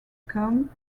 come